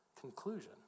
Conclusion